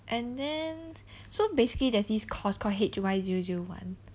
and then so basically there's this course called H_Y zero zero one